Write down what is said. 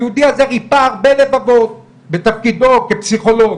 היהודי הזה ריפא הרבה לבבות בתפקידו כפסיכולוג,